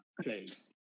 please